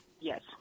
Yes